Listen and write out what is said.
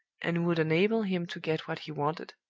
and would enable him to get what he wanted,